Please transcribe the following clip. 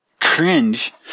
cringe